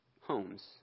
homes